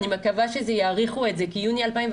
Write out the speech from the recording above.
ואני מקווה שיאריכו את זה כי יוני 2021,